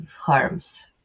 harms